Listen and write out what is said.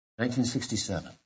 1967